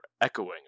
echoing